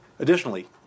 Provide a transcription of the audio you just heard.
Additionally